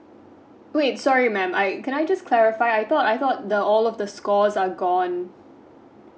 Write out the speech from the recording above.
wait sorry mam I can I just clarify I thought I thought that all of the scores are gone